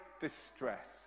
distress